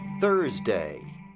Thursday